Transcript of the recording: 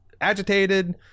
agitated